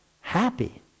happy